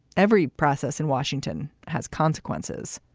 every process in washington has consequences.